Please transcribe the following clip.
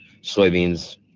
soybeans